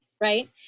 right